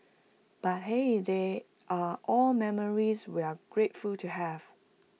but hey they are all memories we're grateful to have